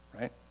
right